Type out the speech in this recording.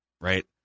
right